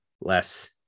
less